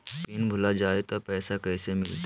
Pin भूला जाई तो पैसा कैसे मिलते?